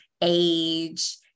age